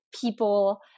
people –